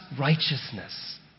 righteousness